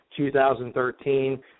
2013